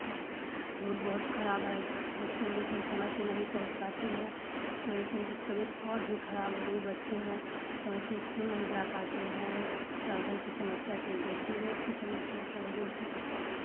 road बहुत खराब है जिसकी वजह से हम समय से नहीं पहुँच पाते हैं जिसकी वजह से उनकी तबीयत और भी खराब हो गई बच्चे हैं समय से इस्कूल नहीं जा पाते हैं साधन की समस्या की वजह से रोड की समस्या की वजह से